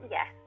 Yes